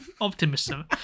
Optimism